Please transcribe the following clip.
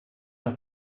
los